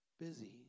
busy